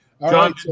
John